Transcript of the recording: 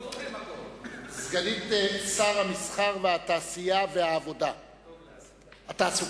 גובשה תוכנית להתמודדות עם בעיה זאת?